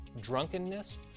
drunkenness